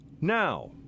now